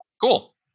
Cool